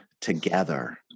together